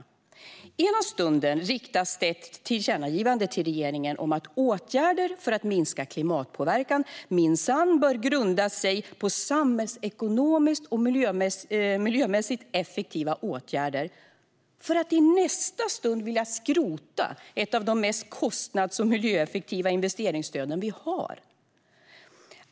Den ena stunden riktas ett tillkännagivande till regeringen om att åtgärder för att minska klimatpåverkan minsann bör grunda sig på samhällsekonomiskt och miljömässigt effektiva åtgärder. I nästa stund vill man skrota ett av de mest kostnads och miljöeffektiva investeringsstöd vi har.